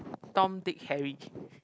Tom Dick Harry